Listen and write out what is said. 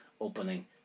opening